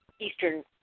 Eastern